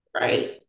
Right